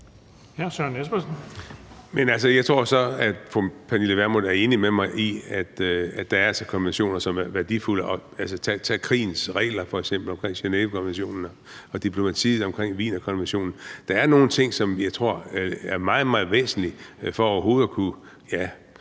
Men altså, jeg tror så, at fru Pernille Vermund er enig med mig i, at der er konventioner, som er værdifulde. Tag f.eks. krigens regler i forbindelse med Genèvekonventionen og diplomatiet i forbindelse med Wienerkonventionen. Der er nogle ting, som jeg tror er meget, meget væsentlige for overhovedet at kunne